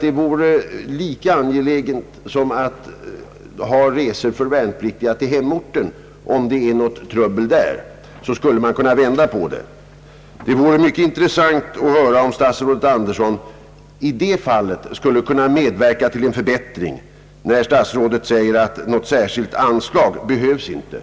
Detta vore väl lika angeläget som att ha resor för värnpliktiga till hemorten, om det skulle inträffa något trubbel där. Man skulle kunna vända på riktningen av resorna. Det vore intressant att få veta om statsrådet Andersson skulle kunna medverka till någon förbättring, när han säger att något särskilt anslag inte behövs.